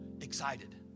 excited